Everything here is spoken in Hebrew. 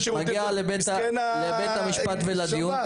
לבית המשפט ולדיון.